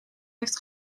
heeft